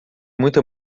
muito